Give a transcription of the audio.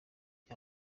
bya